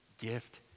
gift